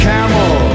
camel